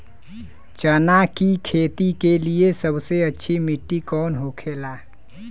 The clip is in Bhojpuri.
चना की खेती के लिए सबसे अच्छी मिट्टी कौन होखे ला?